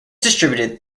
distributed